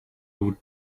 would